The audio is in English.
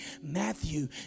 Matthew